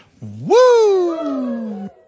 Woo